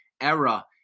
era